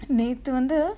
நேத்து வந்து:naethu vanthu